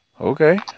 Okay